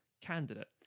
candidate